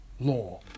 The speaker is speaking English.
Law